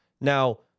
Now